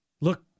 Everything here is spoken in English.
Look